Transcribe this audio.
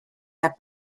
that